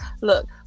Look